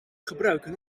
gebruiken